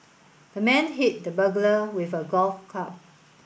the man hit the burglar with a golf club